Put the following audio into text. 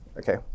Okay